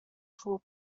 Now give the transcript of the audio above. full